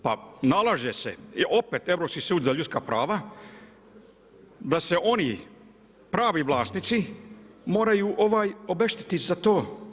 Pa nalaže se, opet Europski sud za ljudska prava da se oni, pravi vlasnici moraju obeštetiti za to.